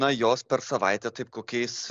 na jos per savaitę taip kokiais